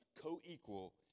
co-equal